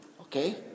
okay